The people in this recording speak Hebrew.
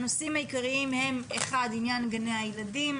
האחד, עניין גני הילדים.